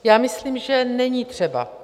Já myslím, že není třeba.